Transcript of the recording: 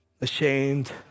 ashamed